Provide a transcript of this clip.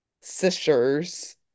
sisters